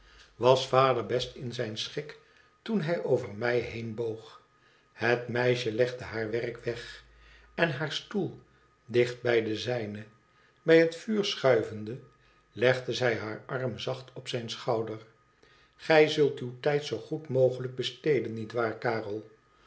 was vader best in zijn schik toen hij over mij heenboog het meisje legde haar werk weg en haar stoel dicht bij den zijnen bij het vuur schuivende legde zij haar arm zacht op zijn schouder igij zult uw tijd zoo goed mogelijk besteden niet waar karel